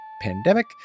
pandemic